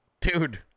Dude